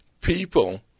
people